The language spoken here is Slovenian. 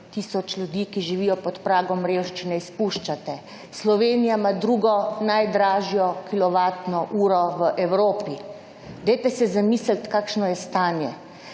tisoč ljudi, ki živijo pod pragom revščine izpuščate. Slovenija ima drugo najdražjo kilovatno uro v Evropi. Dajte si zamisliti kakšno je stanje.